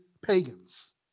pagans